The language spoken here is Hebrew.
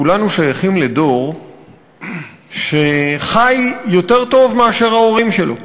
כולנו שייכים לדור שחי יותר טוב מאשר ההורים שלו.